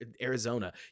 Arizona